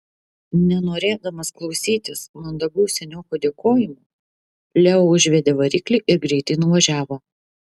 nenorėdamas klausytis mandagaus senioko dėkojimų leo užvedė variklį ir greitai nuvažiavo